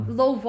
low